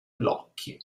blocchi